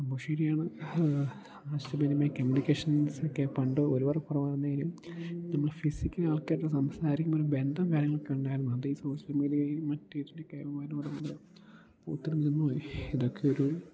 അപ്പോൾ ശരിയാണ് ആശയവിനിമയ കമ്മ്യൂണിക്കേഷൻസൊക്കെ പണ്ട് ഒരുപാട് കുറവാണെങ്കിലും നമ്മൾ ഫിസിക്കൽ ആൾക്കാരുമായിട്ട് സംസാരിക്കുന്ന ഒരു ബന്ധം കാര്യങ്ങളൊക്കെ ഉണ്ടായിരുന്നു അത് ഈ സോഷ്യൽ മീഡിയയും മറ്റേ ഇതിൻ്റെയൊക്കെ വരവോടു കൂടി പൂർണ്ണമായി നിന്നുപോയി ഇതൊക്കെ ഒരു